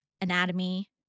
anatomy